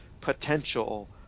potential